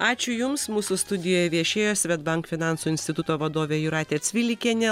ačiū jums mūsų studijoje viešėjo svedbank finansų instituto vadovė jūratė cvilikienė